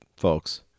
folks